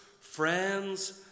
friends